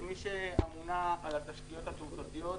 כמי שאמונה על התשתיות התעופתיות,